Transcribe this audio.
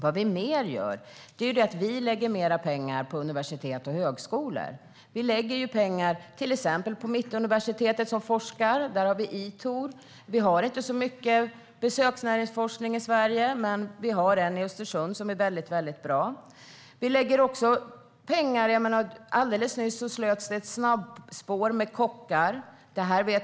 Vad vi mer gör är att lägga mer pengar på universitet och högskolor. Vi lägger pengar till exempel på Mittuniversitetet, som forskar - där har vi Etour. Vi har inte så mycket besöksnäringsforskning i Sverige, men vi har en i Östersund som är väldigt bra. Alldeles nyss slöts det också ett snabbspår med kockar.